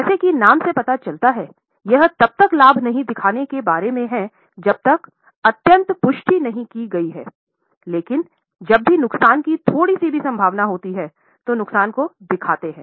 जैसा कि नाम से पता चलता है यह तब तक लाभ नहीं दिखाने के बारे में है जब तक अत्यंत पुष्टि नहीं की गई है लेकिन जब भी नुकसान कि थोड़ी सी भी संभावना होती है तो नुकसान को दिखाते हैं